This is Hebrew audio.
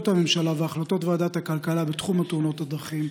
הממשלה ואת החלטות ועדת הכלכלה בתחום תאונות הדרכים.